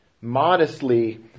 modestly